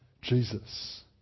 Jesus